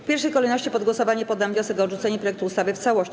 W pierwszej kolejności pod głosowanie poddam wniosek o odrzucenie projektu ustawy w całości.